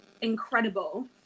incredible